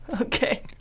Okay